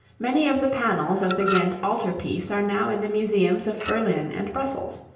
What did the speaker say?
many of the panels of the ghent altar-piece are now in the museums of berlin and brussels.